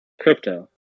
crypto